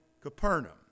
Capernaum